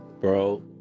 Bro